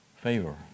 Favor